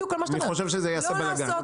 אני דווקא חושב שזה יעשה בלגן.